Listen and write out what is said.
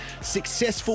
successful